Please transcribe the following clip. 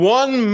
one